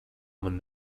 man